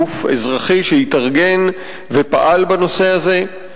גוף אזרחי שהתארגן ופעל בנושא הזה,